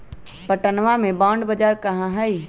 पटनवा में बॉण्ड बाजार कहाँ हई?